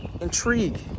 intrigue